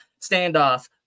standoff